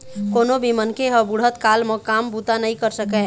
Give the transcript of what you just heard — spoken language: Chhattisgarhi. कोनो भी मनखे ह बुढ़त काल म काम बूता नइ कर सकय